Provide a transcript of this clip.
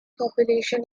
population